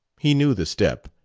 he knew the step.